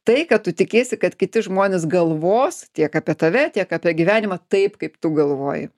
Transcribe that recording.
tai kad tu tikiesi kad kiti žmonės galvos tiek apie tave tiek apie gyvenimą taip kaip tu galvoji